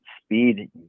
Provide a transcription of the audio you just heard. speed